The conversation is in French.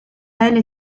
elle